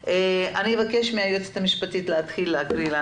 אבקש מהיועצת המשפטית להתחיל להקריא את